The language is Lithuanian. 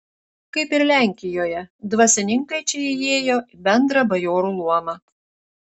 kaip ir lenkijoje dvasininkai čia įėjo į bendrą bajorų luomą